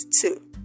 two